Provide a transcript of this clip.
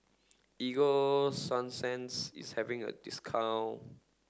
Ego Sunsense is having a discount